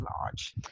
large